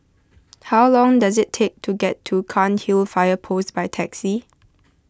how long does it take to get to Cairnhill Fire Post by taxi